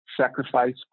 sacrifice